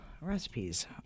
recipes